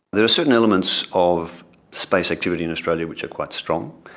there are certain elements of space activity in australia which are quite strong.